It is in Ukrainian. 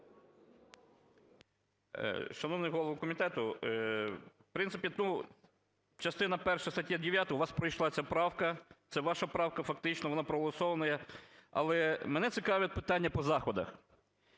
Шановний голово комітету, в принципі, частина перша статті 9, у вас пройшла ця правка, це ваша правка фактично, вона проголосована, але мене цікавить питання по заходах.